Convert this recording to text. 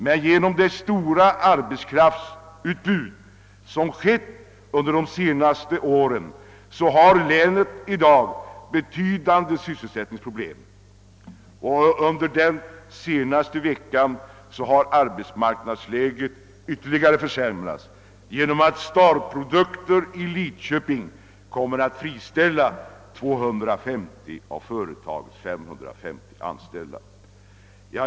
Till följd av det stora arbetskraftsutbudet under de senaste åren har länet i dag betydande sysselsättningsproblem, och under den senaste veckan har arbetsmarknadsläget ytterligare försämrats då Star produkter i Lidköping kommer att friställa 250 av företagets 550 anställda.